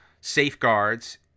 safeguards